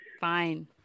Fine